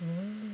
oh